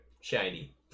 Shiny